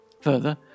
Further